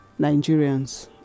Nigerians